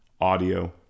audio